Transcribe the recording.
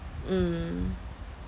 mm